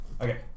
okay